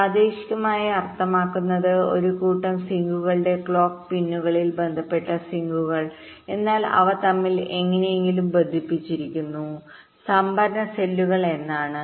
പ്രാദേശികമായി അർത്ഥമാക്കുന്നത് ഒരു കൂട്ടം സിങ്കുകളുടെ ക്ലോക്ക് പിന്നുകളിൽ ബന്ധപ്പെട്ട സിങ്കുകൾ എന്നാൽ അവ തമ്മിൽ എങ്ങനെയെങ്കിലും ബന്ധിപ്പിച്ചിരിക്കുന്ന സംഭരണ സെല്ലുകൾ എന്നാണ്